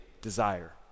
desire